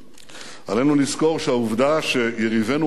עלינו לזכור שהעובדה שיריבינו הפוליטיים